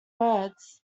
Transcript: words